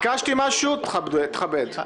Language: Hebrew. ביקשתי משהו, תכבד.